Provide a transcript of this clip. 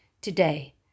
today